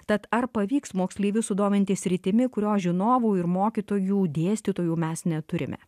tad ar pavyks moksleivius sudominti sritimi kurios žinovų ir mokytojų dėstytojų mes neturime